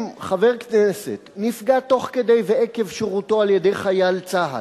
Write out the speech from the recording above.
אם חבר כנסת נפגע תוך כדי ועקב שירותו על-ידי חייל צה"ל,